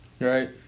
Right